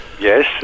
Yes